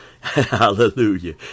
Hallelujah